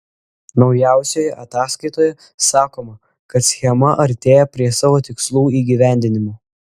naujausioje ataskaitoje sakoma kad schema artėja prie savo tikslų įgyvendinimo